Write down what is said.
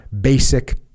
basic